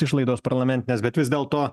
išlaidos parlamentinės bet vis dėlto